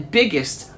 biggest